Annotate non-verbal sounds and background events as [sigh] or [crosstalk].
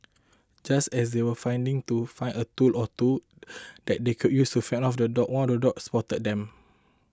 just as they were finding to find a tool or two [noise] that they could use to fend off the dogs one of the dogs spotted them